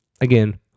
again